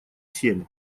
семь